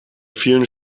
vielen